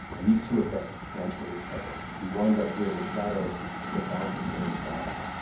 and these two effects cancel each other. so you wind up with a shadow that's about the same size.